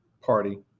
party